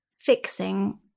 fixing